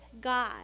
God